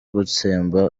gutsemba